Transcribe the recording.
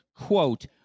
quote